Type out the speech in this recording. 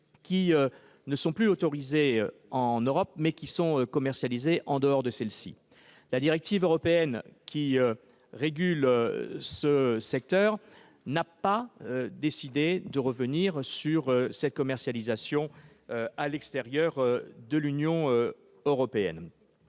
qui ne sont plus autorisés en Europe, mais qui sont commercialisés en dehors de celle-ci. La directive européenne qui régule ce secteur n'a pas décidé de revenir sur cette commercialisation à l'extérieur de l'Union européenne.